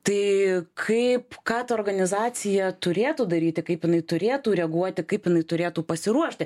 tai kaip ką ta organizacija turėtų daryti kaip jinai turėtų reaguoti kaip jinai turėtų pasiruošti